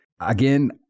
Again